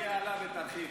--- מגיע לה, ותרחיבי.